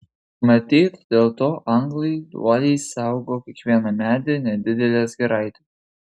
matyt dėl to anglai uoliai saugo kiekvieną medį nedideles giraites